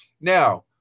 now